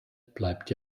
bleibt